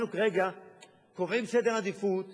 אנחנו כרגע קובעים סדר עדיפויות,